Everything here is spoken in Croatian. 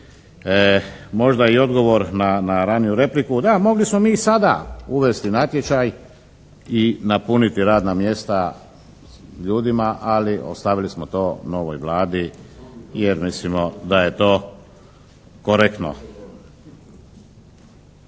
Možda i odgovor na raniju repliku, da, mogli smo mi i sada uvesti natječaj i napuniti radna mjesta ljudima. Ali ostavili smo to novoj Vladi, jer mislimo da je to korektno.